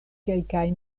kelkaj